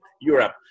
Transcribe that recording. Europe